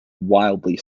wildly